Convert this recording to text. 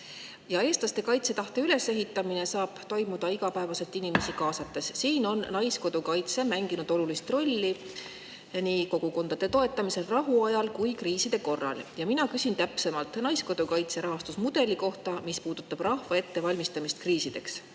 Ja eestlaste kaitsetahte ülesehitamine saab toimuda igapäevaselt inimesi kaasates. Siin on Naiskodukaitse mänginud olulist rolli nii kogukondade toetamisel rahu ajal kui ka kriiside korral. Mina küsin täpsemalt Naiskodukaitse rahastamise mudeli kohta, mis puudutab rahva ettevalmistamist kriisideks.